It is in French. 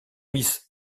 miss